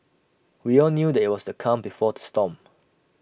we all knew that IT was the calm before the storm